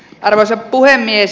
arvoisa puhemies